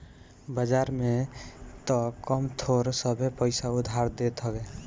बाजारी में तअ कम थोड़ सभे पईसा उधार लेत हवे